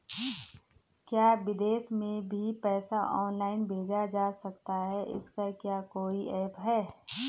क्या विदेश में भी पैसा ऑनलाइन भेजा जा सकता है इसका क्या कोई ऐप है?